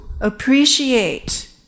appreciate